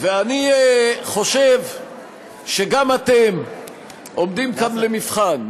ואני חושב שגם אתם עומדים כאן למבחן.